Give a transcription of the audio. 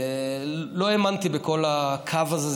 לא האמנתי בכל הקו הזה,